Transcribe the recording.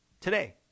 today